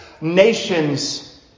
nations